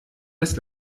des